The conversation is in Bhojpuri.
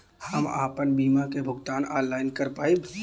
हम आपन बीमा क भुगतान ऑनलाइन कर पाईब?